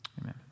Amen